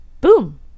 Boom